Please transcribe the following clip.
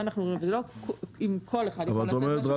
לא אם כל אחד יכול לצאת מהשוק,